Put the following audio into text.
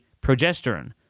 progesterone